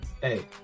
Hey